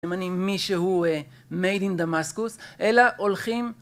מי שהוא Made in Damascus, אלא הולכים